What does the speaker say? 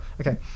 Okay